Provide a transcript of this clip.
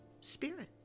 spirit